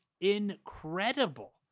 incredible